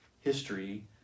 history